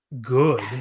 good